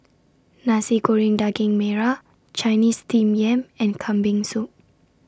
Nasi Goreng Daging Merah Chinese Steamed Yam and Kambing Soup